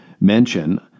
mention